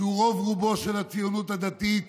שהוא רוב-רובו של הציונות הדתית,